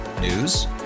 News